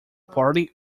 party